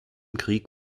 krieg